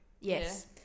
Yes